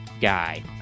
guy